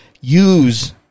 Use